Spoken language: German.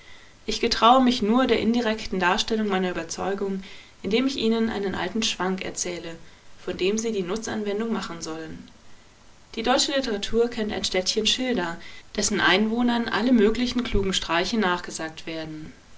ich getraue mich nur der indirekten darstellung meiner überzeugung indem ich ihnen einen alten schwank erzähle von dem sie die nutzanwendung machen sollen die deutsche literatur kennt ein städtchen schilda dessen einwohnern alle möglichen klugen streiche nachgesagt werden